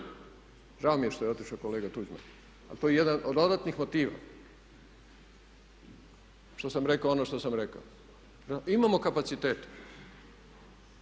Žao mi je što je otišao kolega Tuđman ali to je jedan od dodatnih motiva što sam rekao ono što sam rekao. Imamo kapacitete,